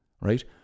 right